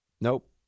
nope